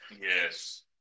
Yes